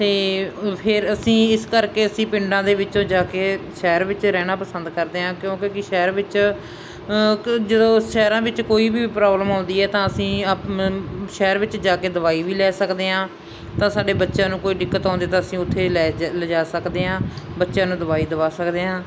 ਅਤੇ ਫਿਰ ਅਸੀਂ ਇਸ ਕਰਕੇ ਅਸੀਂ ਪਿੰਡਾਂ ਦੇ ਵਿੱਚੋਂ ਜਾ ਕੇ ਸ਼ਹਿਰ ਵਿੱਚ ਰਹਿਣਾ ਪਸੰਦ ਕਰਦੇ ਹਾਂ ਕਿਉਂਕਿ ਕਿ ਸ਼ਹਿਰ ਵਿੱਚ ਜਦੋਂ ਸ਼ਹਿਰਾਂ ਵਿੱਚ ਕੋਈ ਵੀ ਪ੍ਰੋਬਲਮ ਆਉਂਦੀ ਹੈ ਤਾਂ ਅਸੀਂ ਸ਼ਹਿਰ ਵਿੱਚ ਜਾ ਕੇ ਦਵਾਈ ਵੀ ਲੈ ਸਕਦੇ ਹਾਂ ਤਾਂ ਸਾਡੇ ਬੱਚਿਆਂ ਨੂੰ ਕੋਈ ਦਿੱਕਤ ਆਉਂਦੀ ਤਾਂ ਅਸੀਂ ਉੱਥੇ ਲੈ ਜਾ ਲਿਜਾ ਸਕਦੇ ਹਾਂ ਬੱਚਿਆਂ ਨੂੰ ਦਵਾਈ ਦਵਾ ਸਕਦੇ ਹਾਂ